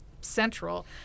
central